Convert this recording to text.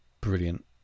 brilliant